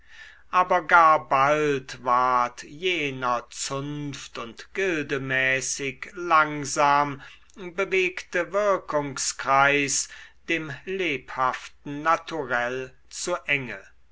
aber gar bald ward jener zunft und gildemäßig langsam bewegte wirkungskreis dem lebhaften naturell zu enge